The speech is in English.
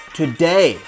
today